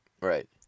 Right